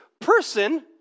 person